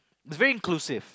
it's very inclusive